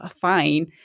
fine